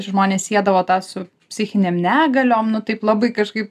žmonės siedavo tą su psichinėm negaliom nu taip labai kažkaip